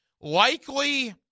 Likely